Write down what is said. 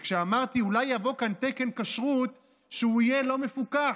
וכשאמרתי: אולי יבוא כאן תקן כשרות שיהיה לא מפוקח,